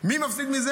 מי מפסיד מזה?